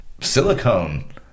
silicone